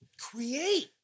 create